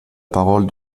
parole